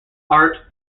art